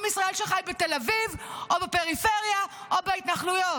עם ישראל שחי בתל אביב או בפריפריה או בהתנחלויות.